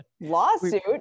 lawsuit